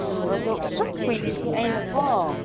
ꯎꯝ ꯑꯗꯨ ꯑꯁꯨꯛ ꯀꯨꯏꯕꯁꯦ ꯑꯩꯅ ꯀꯣ